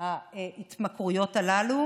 ההתמכרויות הללו.